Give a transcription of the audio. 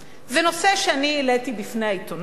זה נושא שאני העליתי בפני העיתונאי,